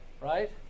right